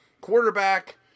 quarterback